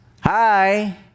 Hi